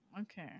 Okay